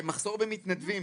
מחסור במתנדבים.